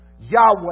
Yahweh